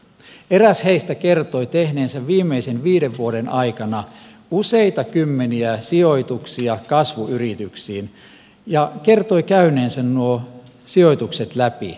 eräs heistä kertoi tehneensä viimeisten viiden vuoden aikana useita kymmeniä sijoituksia kasvuyrityksiin ja kertoi käyneensä nuo sijoitukset läpi